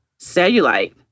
Cellulite